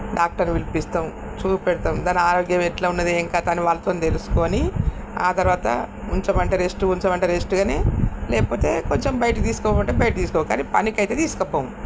doctor పిలిపిస్తాం చూపెడతాం దాని ఆరోగ్యం ఎట్లా ఉన్నది ఏం కథ అని వాళ్ళతోని తెలుసుకోని ఆ తర్వాత ఉంచమంటే రెస్టు ఉంచమంటే రెస్టుగానే లేకపోతే కొంచెం బయట తీసుకోమంటే బయట తీసుకోపోతాం కానీ పనికైతే తీసుకొనిపోము